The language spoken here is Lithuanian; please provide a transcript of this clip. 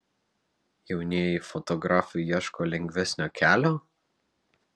jaunieji fotografai ieško lengvesnio kelio